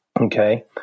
Okay